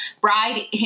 bride